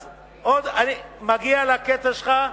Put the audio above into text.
אז אני מגיע לקטע שלך,